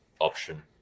option